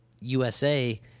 USA